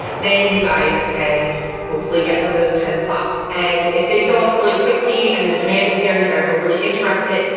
then you guys can hopefully get one of those ten spots. and if they fill up really quickly and the demand is there and you guys are really interested,